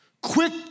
quick